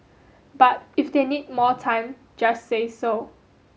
but if they need more time just say so